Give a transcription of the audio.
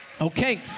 Okay